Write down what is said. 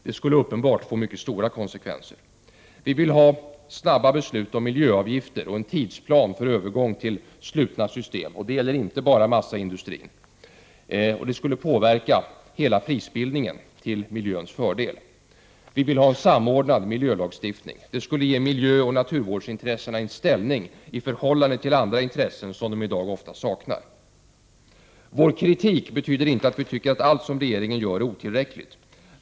Det skulle uppenbart få stora konsekvenser. Vi vill ha snabba beslut om miljöavgifter och en tidsplan för övergång till slutna system. Det gäller inte bara massaindustrin. Det skulle påverka hela prisbildningen till miljöns fördel. Vi vill ha en samordnad miljölagstiftning. Det skulle ge miljöoch naturvårdsintressena en ställning i förhållande till andra intressen som de i dag ofta saknar. Vår kritik betyder inte att vi tycker allt som regeringen gör är otillräckligt.